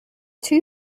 two